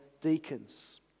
deacons